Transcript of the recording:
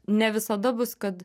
ne visada bus kad